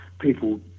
people